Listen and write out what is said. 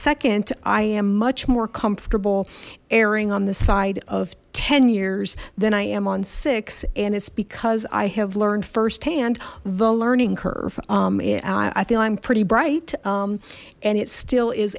second i am much more comfortable erring on the side of ten years than i am on six and it's because i have learned firsthand the learning curve i think i'm pretty bright and it still is